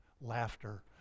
laughter